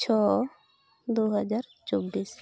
ᱪᱷᱚ ᱫᱩ ᱦᱟᱡᱟᱨ ᱪᱚᱵᱽᱵᱤᱥ